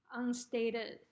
unstated